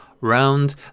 round